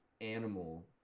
animal